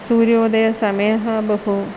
सूर्योदयसमयः बहु